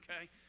okay